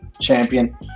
champion